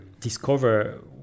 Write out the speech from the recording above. discover